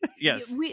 Yes